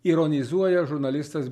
ironizuoja žurnalistas